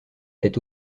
est